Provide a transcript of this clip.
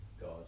God